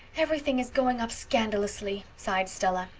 everything is going up scandalously, sighed stella.